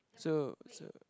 so so